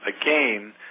again